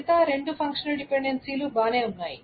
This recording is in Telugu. మిగతా రెండు ఫంక్షనల్ డిపెండెన్సీలు బాగానే ఉన్నాయి